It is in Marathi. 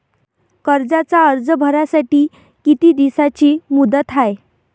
कर्जाचा अर्ज भरासाठी किती दिसाची मुदत हाय?